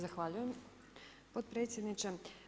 Zahvaljujem potpredsjedniče.